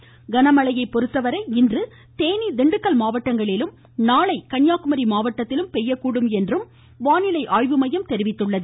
கனமழை மாவட்டம் கனமழையை பொறுத்தவரை இன்று தேனி திண்டுக்கல் மாவட்டங்களிலும் நாளை கன்னியாகுமரி மாவட்டத்திலும் பெய்யக்கூடும் என்றும் இம்மையம் தெரிவித்துள்ளது